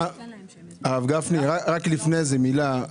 הרב גפני, רק לפני כן מילה: